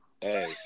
Hey